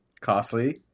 costly